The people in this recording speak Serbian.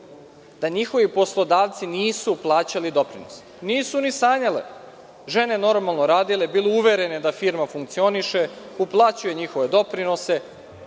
da njihovi poslodavci nisu plaćali doprinose, žene normalno radile, bile uverene da firma funkcioniše, uplaćuju njihove doprinose,